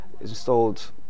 installed